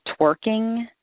twerking